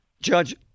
Judge